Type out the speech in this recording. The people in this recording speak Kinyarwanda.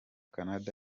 canada